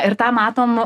ir tą matom